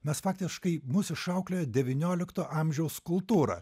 mes faktiškai mus išauklėjo devyniolikto amžiaus kultūra